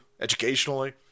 educationally